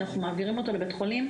אנחנו מעבירים אותו לבית חולים,